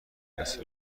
است